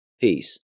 Peace